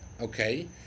Okay